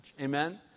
Amen